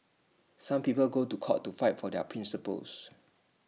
some people go to court to fight for their principles